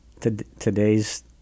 today's